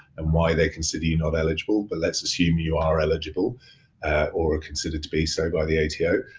and why they consider you not eligible. but let's assume you are eligible or considered to be so by the ato,